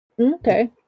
Okay